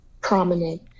prominent